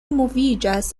moviĝas